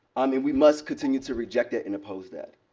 i mean, we must continue to reject it and oppose that.